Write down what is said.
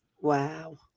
Wow